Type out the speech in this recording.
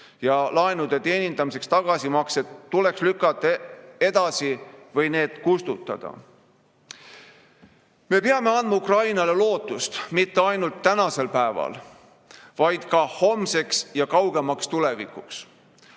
ja laenude teenindamisel tagasimaksed tuleks lükata edasi või need kustutada.Me peame andma Ukrainale lootust mitte ainult tänasel päeval, vaid ka homseks ja kaugemaks tulevikuks.